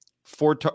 Four